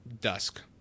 dusk